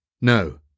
no